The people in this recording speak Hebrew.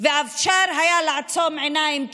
והיה אפשר לעצום עיניים,